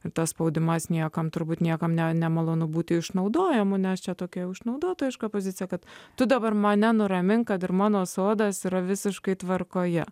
ir tas spaudimas niekam turbūt niekam ne nemalonu būti išnaudojamu nes čia tokia išnaudotojiška pozicija kad tu dabar mane nuraminti kad ir mano sodas yra visiškai tvarkoje